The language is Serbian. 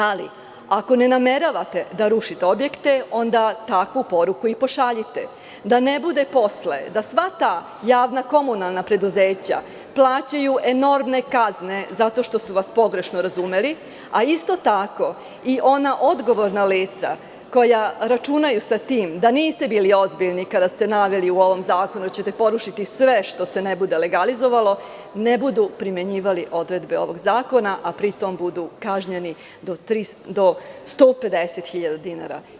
Ali, ako ne nameravate da rušite objekte onda takvu poruku i pošaljite, da ne bude posle da sva ta javna komunalna preduzeća plaćaju enormne kazne zato što su vas pogrešno razumeli, a isto tako i ona odgovorna lica koja računaju sa tim da niste bili ozbiljni kada ste naveli u ovom zakonu da ćete porušiti sve što se ne bude legalizovalo ne budu primenjivali odredbe ovog zakona, a pri tom budu kažnjeni do 150 hiljade dinara.